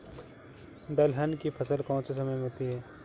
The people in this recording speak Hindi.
दलहन की फसल कौन से समय में होती है?